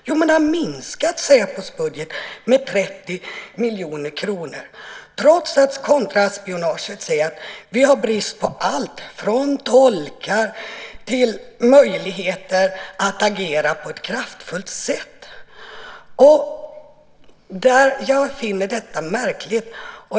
Jo, man har minskat Säpos budget med 30 miljoner kronor, trots att kontraspionaget har brist på allt från tolkar till möjligheter att agera på ett kraftfullt sätt. Jag finner detta märkligt.